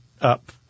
up